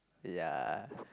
ya